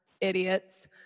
idiots